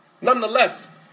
Nonetheless